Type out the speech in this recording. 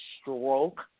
stroke